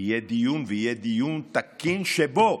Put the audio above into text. יהיה דיון, יהיה דיון תקין שבו